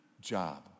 job